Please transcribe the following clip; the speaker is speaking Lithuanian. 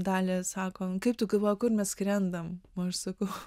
dalia sako kaip tu galvoji kur mes skrendam o aš sakau